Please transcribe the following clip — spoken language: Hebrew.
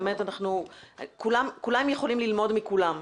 כולם יכולים ללמוד מכולם.